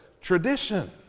tradition